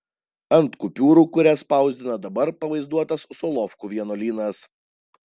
ant kupiūrų kurias spausdina dabar pavaizduotas solovkų vienuolynas